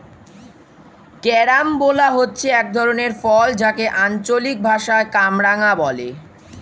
carambola হচ্ছে এক ধরনের ফল যাকে আঞ্চলিক ভাষায় কামরাঙা বলে